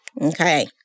Okay